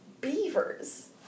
beavers